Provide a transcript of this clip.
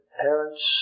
parents